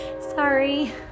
sorry